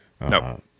No